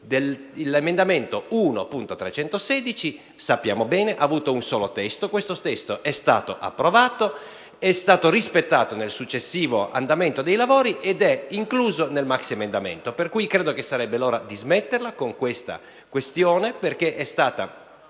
L'emendamento 1.316, sappiamo bene, ha avuto un solo testo: questo testo è stato approvato, è stato rispettato nel successivo andamento dei lavori ed è incluso nel maxiemendamento. Pertanto, credo sarebbe ora di smetterla con tale questione, perché è stata